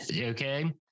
okay